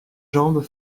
jambes